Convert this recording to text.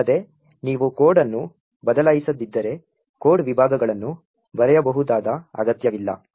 ಇದಲ್ಲದೆ ನೀವು ಕೋಡ್ ಅನ್ನು ಬದಲಾಯಿಸದಿದ್ದರೆ ಕೋಡ್ ವಿಭಾಗಗಳನ್ನು ಬರೆಯಬಹುದಾದ ಅಗತ್ಯವಿಲ್ಲ